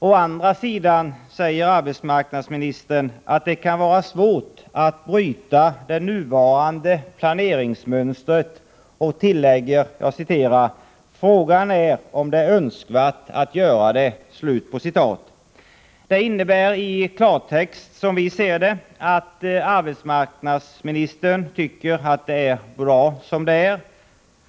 Å andra sidan säger arbetsmarknadsministern att det kan vara svårt att bryta det nuvarande planeringsmönstret och tillägger att: ”frågan är om det är önskvärt att göra det”. Det innebär i klartext, som vi ser det, att arbetsmarknadsministern tycker att det är bra som det är.